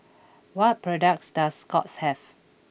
what products does Scott's have